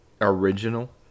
original